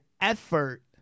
effort